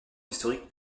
historique